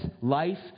life